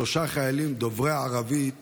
שלושה חיילים דוברי ערבית